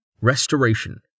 Restoration